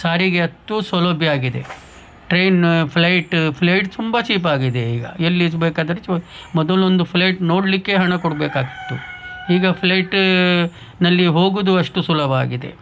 ಸಾರಿಗೆ ಅಷ್ಟು ಸೌಲಭ್ಯ ಆಗಿದೆ ಟ್ರೈನ್ ಫ್ಲೈಟ ಫ್ಲೈಟ್ ತುಂಬ ಚೀಪಾಗಿದೆ ಈಗ ಎಲ್ಲಿಗೆ ಬೇಕಾದರೆ ಮೊದಲೊಂದು ಫ್ಲೈಟ್ ನೋಡಲಿಕ್ಕೆ ಹಣ ಕೊಡ್ಬೇಕಾಗ್ತಿತ್ತು ಈಗ ಫ್ಲೈಟ ನಲ್ಲಿ ಹೋಗೋದು ಅಷ್ಟು ಸುಲಭ ಆಗಿದೆ